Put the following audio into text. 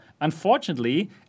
unfortunately